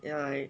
ya